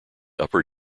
upper